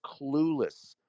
clueless